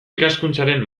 ikaskuntzaren